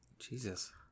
jesus